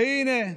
והינה,